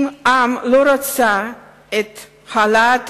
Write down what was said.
אם העם לא רצה את העלאת